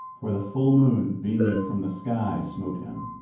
for the full moon beaming from the sky smote him.